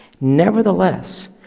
Nevertheless